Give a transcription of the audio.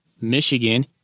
Michigan